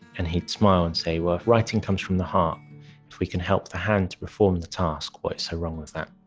and he'd smile and say, well, if writing comes from the heart, if we can help the hand to perform the task, what's so wrong with that?